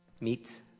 Meet